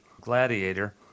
Gladiator